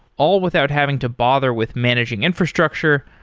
all without having to bother with managing infrastructure,